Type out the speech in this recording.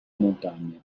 montagne